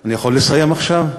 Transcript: אני יכול לסיים עכשיו?